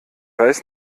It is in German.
weiß